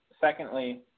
secondly